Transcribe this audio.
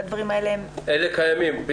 אלה קיימים.